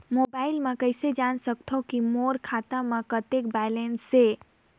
Mobile म कइसे जान सकथव कि मोर खाता म कतेक बैलेंस से?